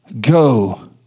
Go